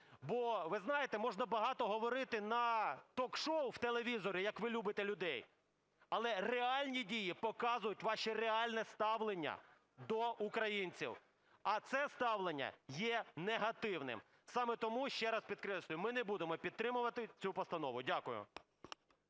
Бо, ви знаєте, можна багато говорити на ток-шоу в телевізорі, як ви любите людей, але реальні дії показують ваше реальне ставлення до українців, а це ставлення є негативним. Саме тому, ще раз підкреслюю, ми не будемо підтримувати цю постанову. Дякую.